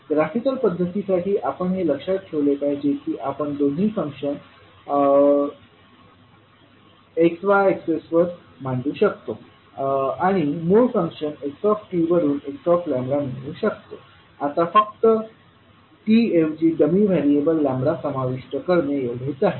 graphical पध्दतीसाठी आपण हे लक्षात ठेवले पाहिजे की आपण दोन्ही फंक्शन x y एक्सिसवर मांडु शकतो आणि मग मूळ फंक्शन x वरून x λ मिळवू शकतो यात फक्त t ऐवजी डमी व्हेरिएबल समाविष्ट करणे एवढेच आहे